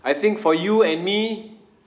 I think for you and me